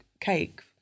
cake